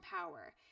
power